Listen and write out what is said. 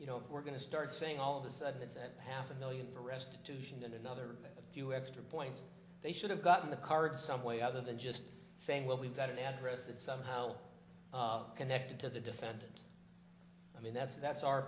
you know if we're going to start saying all of a sudden it's a half a million for restitution and another a few extra points they should have gotten the card some way other than just saying well we've got to address that somehow connected to the defendant i mean that's that's our